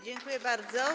Dziękuję bardzo.